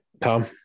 Tom